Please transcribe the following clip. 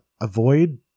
avoid